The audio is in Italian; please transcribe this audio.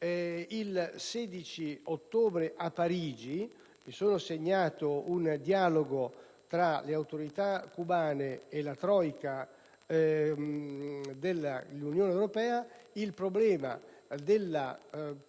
il 16 ottobre, a Parigi, in un dialogo tra le autorità cubane e la *trojka* dell'Unione europea, il problema della